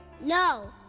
No